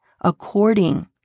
according